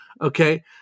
Okay